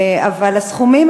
אבל הסכומים,